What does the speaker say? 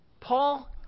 Paul